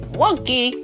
wonky